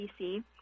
DC